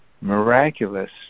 miraculous